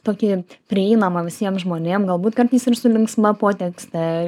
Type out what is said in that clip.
tokį prieinamą visiem žmonėm galbūt kartais ir su linksma potekste